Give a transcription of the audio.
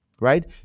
right